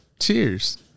Cheers